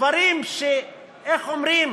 דברים ש, איך אומרים,